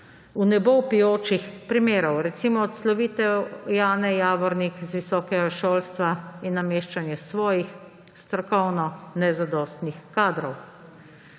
v nebo vpijočih primerov. Recimo, odslovitev Jane Javornik z visokega šolstva in nameščanje svojih strokovno nezadostnih kadrov.